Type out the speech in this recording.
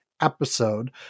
episode